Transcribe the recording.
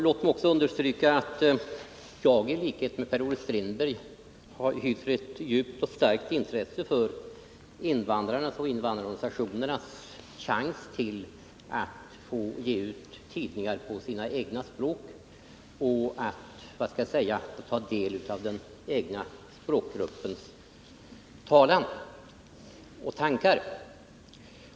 Låt mig också understryka att jag, i likhet med Per-Olof Strindberg, hyser ett djupt och starkt intresse för invandrarnas och invandrarorganisationernas möjligheter att få ge ut tidningar på sina egna språk och att få ta del av den egna språkgruppens tankar.